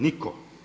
Nitko.